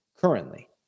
currently